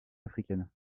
africaines